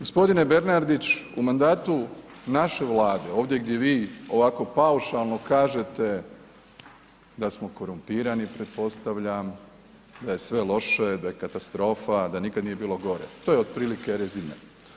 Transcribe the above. Gospodine Bernardić u mandatu naše vlade, ovdje gdje vi ovako paušalo kažete da smo korumpirani pretpostavljam, da je sve loše da je katastrofa, da nikad nije bilo gore, to je otprilike rezime.